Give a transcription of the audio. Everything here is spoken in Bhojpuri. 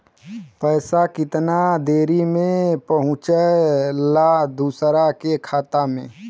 पैसा कितना देरी मे पहुंचयला दोसरा के खाता मे?